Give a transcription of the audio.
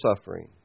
suffering